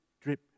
drip